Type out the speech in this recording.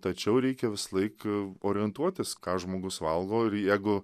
tačiau reikia visą laiką orientuotis ką žmogus valgo ir jeigu